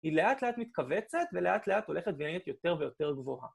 היא לאט-לאט מתכווצת, ולאט-לאט הולכת ונהיית יותר ויותר גבוהה.